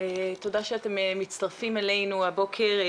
תודה שאתם מצטרפים אלינו הבוקר.